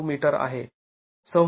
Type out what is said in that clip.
९ metre आहे